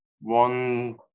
one